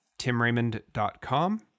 timraymond.com